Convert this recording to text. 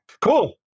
Cool